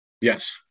Yes